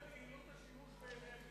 ההסתייגות היא על יעילות השימוש באנרגיה.